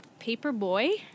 Paperboy